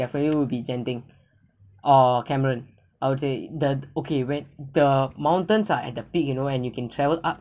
definitely will be genting or cameron I would say the okay when the mountains are at the peak you know and you can travel up